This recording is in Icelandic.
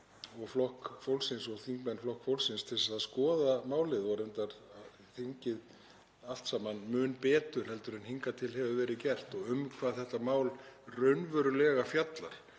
og þingmenn Flokks fólksins til að skoða málið og reyndar þingið allt saman mun betur heldur en hingað til hefur verið gert, um hvað þetta mál raunverulega fjallar.